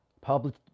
public